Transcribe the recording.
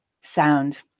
sound